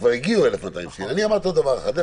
כבר הגיעו 1,200. אני אמרתי לו: לך תבדוק.